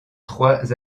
trois